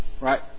Right